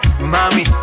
Mami